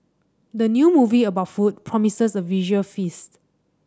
the new movie about food promises a visual feast